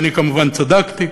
ואני כמובן צדקתי,